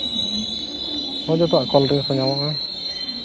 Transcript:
ᱦᱳᱭ ᱡᱚᱛᱚᱣᱟᱜ ᱠᱳᱞᱰᱴᱤᱝᱥ ᱦᱚᱸ ᱧᱟᱢᱚᱜᱼᱟ